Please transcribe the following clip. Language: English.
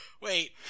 Wait